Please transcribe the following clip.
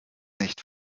nicht